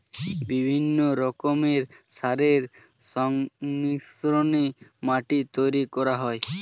বিভিন্ন রকমের সারের সংমিশ্রণে মাটি তৈরি করা হয়